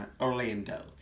Orlando